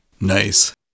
Nice